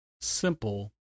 simple